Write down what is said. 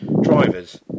drivers